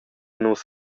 nus